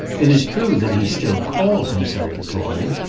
it is true that he still called himself a tory,